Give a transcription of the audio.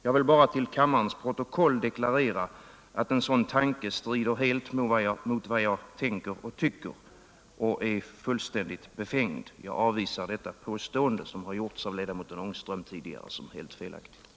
Jag vill bara till kammarens protokoll deklarera att en sådan tanke helt strider mot vad jag tänker och tycker och att den är fullständigt befängd. Jag avvisar detta påstående, som har gjorts av ledamoten Rune Ångström tidigare, såsom helt felaktigt.